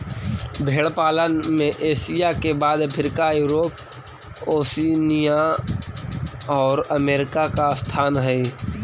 भेंड़ पालन में एशिया के बाद अफ्रीका, यूरोप, ओशिनिया और अमेरिका का स्थान हई